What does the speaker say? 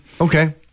Okay